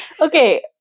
Okay